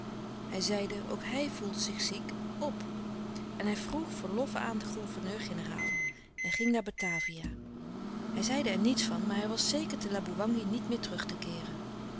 kracht zeide ook hij voelde zich ziek op en hij vroeg verlof aan den gouverneur-generaal hij ging naar batavia hij zeide er niets van maar hij was zeker te laboewangi niet meer terug te keeren